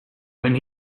when